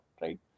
right